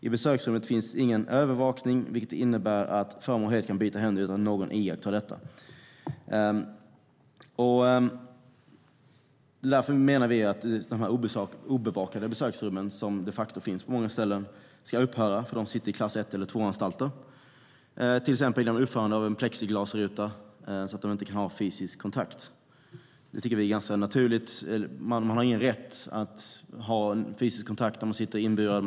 I besöksrummet finns ingen övervakning, vilket innebär att föremål kan byta händer helt utan att någon iakttar detta. Vi menar därför att de obevakade besök som de facto förekommer på många ställen ska upphöra för dem som sitter på klass 1 eller klass 2-anstalter, till exempel genom att man sätter in en plexiglasruta så att de inte kan ha fysisk kontakt. Det tycker vi är ganska naturligt. Man har ingen rätt att ha fysisk kontakt när man sitter inburad.